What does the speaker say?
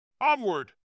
Onward